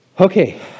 Okay